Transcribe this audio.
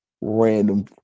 random